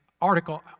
article